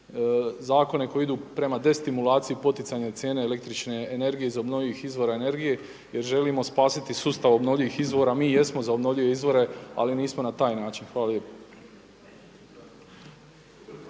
zakone koji idu prema destimulaciji poticanja cijene električne energije iz obnovljivih izvora energije jer želimo spasiti sustav obnovljivih izvora, mi i jesmo za obnovljive izvore ali nismo na taj način. Hvala lijepo.